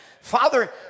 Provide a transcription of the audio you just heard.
Father